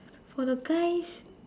for the guys